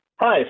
Hi